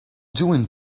doing